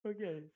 Okay